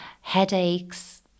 headaches